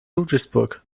ludwigsburg